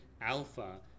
alpha